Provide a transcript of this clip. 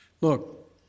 Look